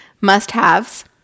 must-haves